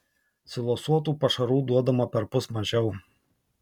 silosuotų pašarų duodama perpus mažiau